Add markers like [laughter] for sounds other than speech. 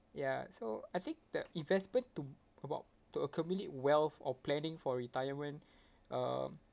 ya so I think the investment to about to accumulate wealth or planning for retirement [breath] um